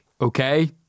okay